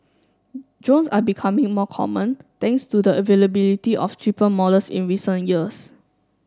drones are becoming more common thanks to the availability of cheaper models in recent years